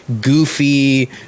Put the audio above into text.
goofy